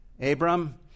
Abram